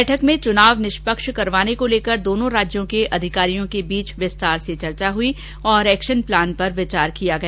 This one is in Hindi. बैठक में चुनाव निष्पक्ष करवाने को लेकर दोनों राज्यों के अधिकारियों के बीच विस्तार से चर्चा हुई और एक्शन प्लान पर विचार किया गया